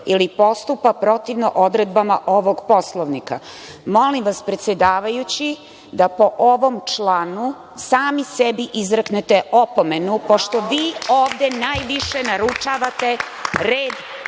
ili postupa protivno odredbama ovog Poslovnika. Molim vas predsedavajući da po ovom članu sami sebi izreknete opomenu, pošto vi ovde najviše narušavate red